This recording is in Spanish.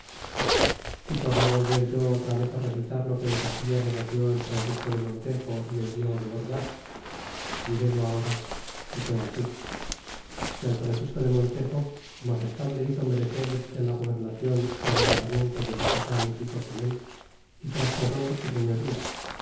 y por no volver yo otra vez recitar lo que en castilla negoció el francisco de montejo y el diego de ordas dirélo ahora y fué así que al francisco de montejo su magestad le hizo merced de la gobernacion y adelantamiento de yucatan é cozumel y traxo don y señoría